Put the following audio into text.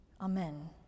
Amen